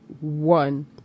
one